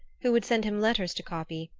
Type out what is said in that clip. who would send him letters to copy,